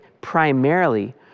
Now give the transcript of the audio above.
primarily